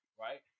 right